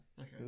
Okay